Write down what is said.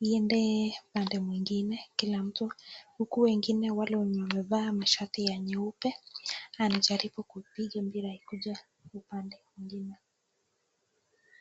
iwnde upande mwingine kila mtu . Huku wengine wale wenye wamevaa mashati ya nyeupe anajaribu kupiga mpira ikujevupande mwingine.